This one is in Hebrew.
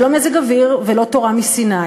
זה לא מזג אוויר ולא תורה מסיני,